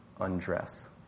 undress